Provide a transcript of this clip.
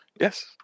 yes